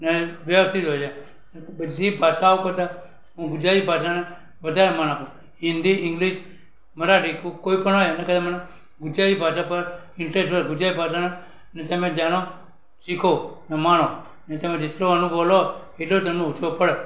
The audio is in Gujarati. અને વ્યવસ્થિત હોય છે બધી ભાષાઓ કરતા હું ગુજરાતી ભાષાને વધારે માન આપું હિન્દી ઇંગ્લિશ મરાઠી કોઈપણ હોય એના કરતાં મને ગુજરાતી ભાષા પર ઇન્ટરેસ હોય ગુજરાતી ભાષાના ને તમે જાણો શીખો ને માણો ને તમે જેટલો અનુભવ લો એટલો તમને ઓછો પડે